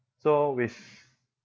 so which